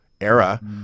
era